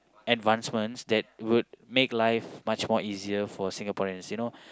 advancements that would make life much more easier for Singaporeans you know